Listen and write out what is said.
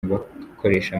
bakoresha